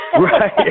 Right